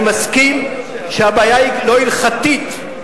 אני מסכים שהבעיה היא לא הלכתית,